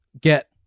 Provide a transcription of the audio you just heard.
get